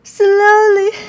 slowly